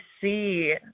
see